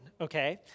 okay